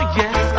yes